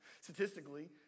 statistically